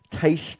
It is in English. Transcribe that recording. taste